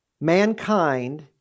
mankind